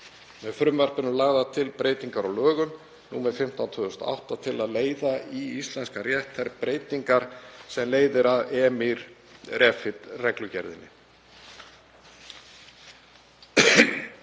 Með frumvarpinu eru lagðar til breytingar á lögum nr. 15/2018 til að leiða í íslenskan rétt þær breytingar sem leiðir af EMIR Refit-reglugerðinni.